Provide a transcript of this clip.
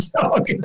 dog